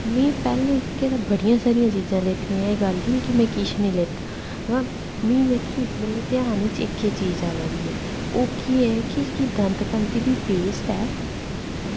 ते में पैह्लें जेह्के ते बड़ियां सारियां चीज़ां लैतियां ते एह् गल्ल निं ऐ कि में किश निं लैता ते मिगी इसलै जेह्की ध्यान बिच इक्कै चीज आवा दी ऐ ते ओह् केह् ऐ कि जेह्की दंत कांति दी पेस्ट ऐ